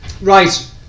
Right